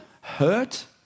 hurt